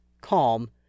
calm